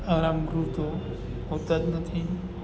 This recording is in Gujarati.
આરામ ગૃહ તો હોતાં જ નથી